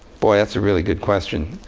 boy, that's a really good question.